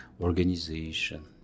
organization